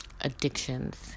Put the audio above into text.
addictions